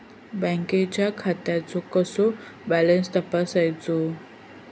बँकेच्या खात्याचो कसो बॅलन्स तपासायचो?